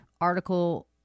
article